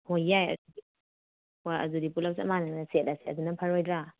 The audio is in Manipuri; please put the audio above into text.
ꯍꯣꯏ ꯌꯥꯏ ꯍꯣꯏ ꯑꯗꯨꯗꯤ ꯄꯨꯂꯞ ꯆꯞ ꯃꯥꯟꯅꯅ ꯁꯦꯠꯂꯁꯦ ꯑꯗꯨꯅ ꯐꯔꯣꯏꯗ꯭ꯔꯥ